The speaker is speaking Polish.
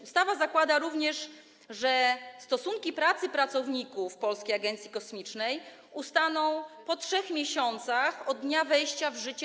Ustawa zakłada również, że stosunki pracy pracowników Polskiej Agencji Kosmicznej ustaną po 3 miesiącach od dnia jej wejścia w życie.